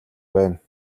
байна